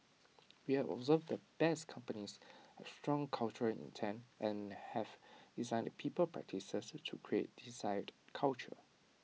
we have observed that best companies have strong cultural intent and have designed people practices to create desired culture